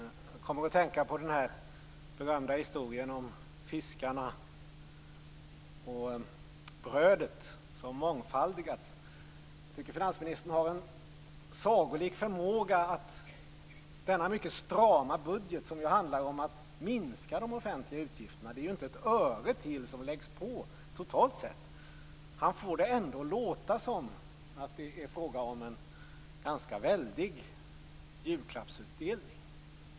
Jag kommer att tänka på den berömda historien om fiskarna och brödet som mångfaldigades. Jag tycker att finansministern har en sagolik förmåga att i fråga om denna mycket strama budget, som handlar om att minska de offentliga utgifterna och där inte ett öre läggs på totalt sett, ändå få det låta som att det är en väldelig julklappsutdelning.